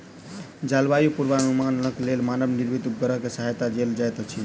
जलवायु पूर्वानुमानक लेल मानव निर्मित उपग्रह के सहायता लेल जाइत अछि